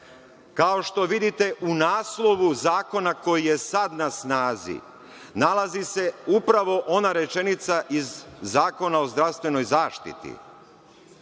Kao što vidite u naslovu zakona koji je sada na snazi nalazi se upravo ona rečenica iz Zakona o zdravstvenoj zaštiti.